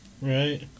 Right